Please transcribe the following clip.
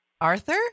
Arthur